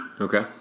Okay